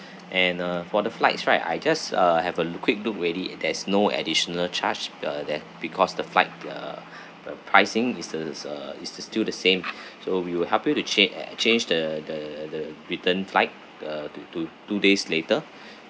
and uh for the flights right I just uh have a l~ quick look already and there's no additional charge uh there because the flight the uh the pricing is still uh is still still the same so we will help you to check uh change the the the return flight uh to to two days later